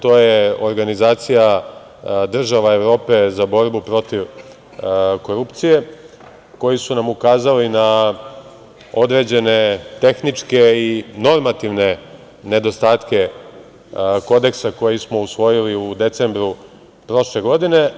To je organizacija država Evrope za borbu protiv korupcije, koji su nam ukazali na određene tehničke i normativne nedostatke Kodeksa koji smo usvojili u decembru prošle godine.